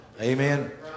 Amen